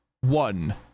one